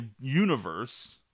universe